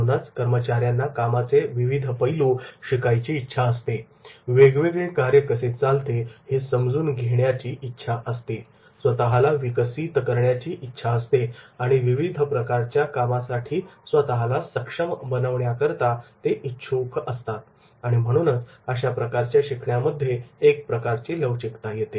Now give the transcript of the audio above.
म्हणूनच कर्मचार्यांना कामाचे विविध पैलू शिकायची इच्छा असते वेगवेगळे कार्य कसे चालते ते समजून घेण्याची इच्छा असते स्वतःला विकसित करण्याची इच्छा असते आणि विविध प्रकारच्या कामासाठी स्वतःला सक्षम बनवण्याकरता ते इच्छुक असतात आणि म्हणूनच अशा प्रकारच्या शिकण्यामध्ये लवचिकता येते